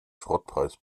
schrottpreis